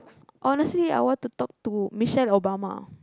honestly I want to talk to Michelle Obama